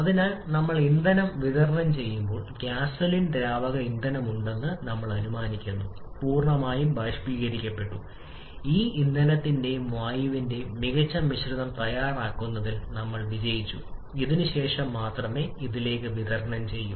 അതിനാൽ നമ്മൾ ഇന്ധനം വിതരണം ചെയ്യുമ്പോൾ ഗ്യാസോലിൻ ദ്രാവക ഇന്ധനമുണ്ടെന്ന് നമ്മൾ അനുമാനിക്കുന്നു പൂർണ്ണമായും ബാഷ്പീകരിക്കപ്പെട്ടു ഈ ഇന്ധനത്തിന്റെയും വായുവിന്റെയും മികച്ച മിശ്രിതം തയ്യാറാക്കുന്നതിൽ നമ്മൾ വിജയിച്ചു അതിനുശേഷം മാത്രമേ ഇതിലേക്ക് വിതരണം ചെയ്യൂ